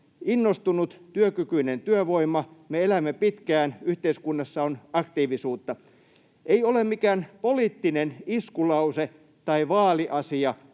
innostunut, työkykyinen työvoima, me elämme pitkään, yhteiskunnassa on aktiivisuutta. Ei ole mikään poliittinen iskulause tai vaaliasia